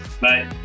Bye